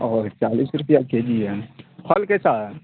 اور چالیس روپیہ کے جی ہے پھل کیسا ہے